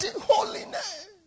holiness